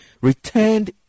returned